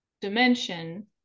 dimension